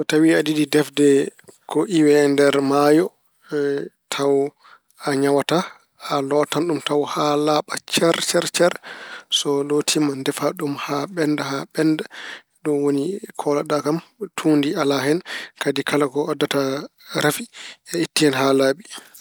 So tawi aɗa yiɗi defde ko iwi e nder maayo taw a ñawaata, a lootan ɗum tawa haa laaɓa cer cer cer. So lootiima, ndefa ɗum haa ɓennda haa ɓennda. Ɗum woni kooloɗa kam tuundi alaa kadi kala ko addata rafi, a ittii hen haa laaɓi.